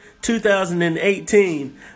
2018